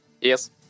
Yes